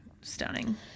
stunning